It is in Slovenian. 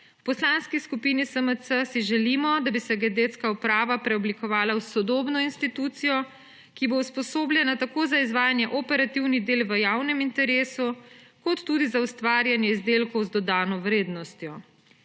V Poslanski skupini SMC si želimo, da bi se Geodetska uprava preoblikovala v sodobno institucijo, ki bo usposobljena tako za izvajanje operativnih del v javnem interesu kot tudi za ustvarjanje izdelkov z dodano vrednostjo.